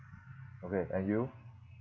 okay and you